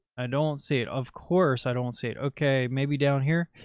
i don't see it. of course. i don't see it. okay. maybe down here.